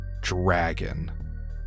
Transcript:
dragon